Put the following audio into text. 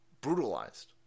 Brutalized